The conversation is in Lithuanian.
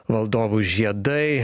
valdovų žiedai